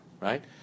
Right